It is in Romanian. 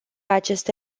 aceste